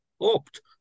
opt